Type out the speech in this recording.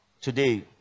today